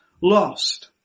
lost